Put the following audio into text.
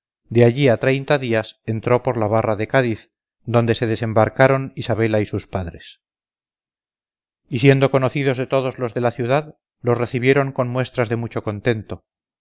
de allí a treinta días entró por la barra de cádiz donde se desembarcaron isabela y sus padres y siendo conocidos de todos los de la ciudad los recibieron con muestras de mucho contento